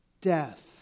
death